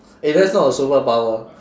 eh that's not a superpower